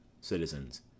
Citizens